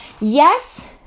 yes